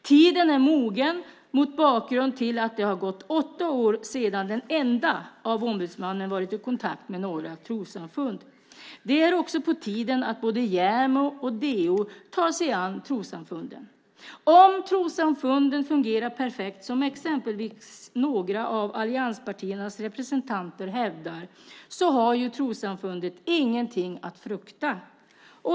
Tiden är mogen mot bakgrund av att det har gått åtta år sedan den enda av ombudsmännen varit i kontakt med några trossamfund. Det är också på tiden att både JämO och DO tar sig an trossamfunden. Om trossamfunden fungerar perfekt, som exempelvis några av allianspartiernas representanter hävdar, har ju trossamfunden inget att frukta.